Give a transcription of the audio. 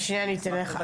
בבקשה.